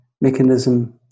mechanism